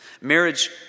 Marriage